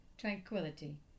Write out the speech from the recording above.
tranquility